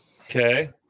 okay